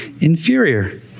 inferior